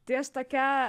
tai aš tokia